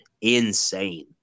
insane